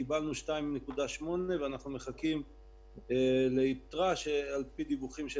קיבלנו 2.8 ואנחנו מחכים ליתרה על פי דיווחים של